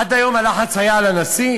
עד היום הלחץ היה על הנשיא?